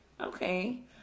okay